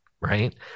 right